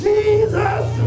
Jesus